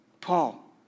Paul